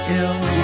ill